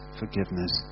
forgiveness